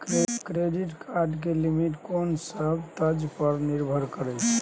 Credit card के limit कोन सब चीज पर निर्भर करै छै?